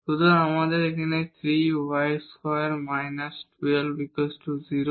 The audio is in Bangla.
সুতরাং আমাদের 3 y2−12 0 হবে